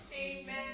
amen